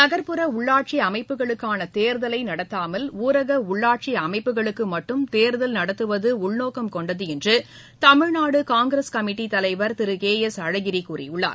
நன்புற உள்ளாட்சி அமைப்புகளுக்கான தேர்தலை நடத்தாமல் ஊரக உள்ளாட்சி அமைப்புகளுக்கு மட்டும் தேர்தல் நடத்துவது உள்நோக்கம் கொண்டது என தமிழ்நாடு காங்கிரஸ் கமிட்டி தலைவர் திரு கே எஸ் அழகிரி கூறியுள்ளார்